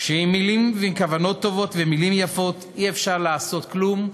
שעם כוונות טובות ומילים יפות אי-אפשר לעשות כלום,